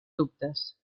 dubtes